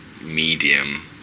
medium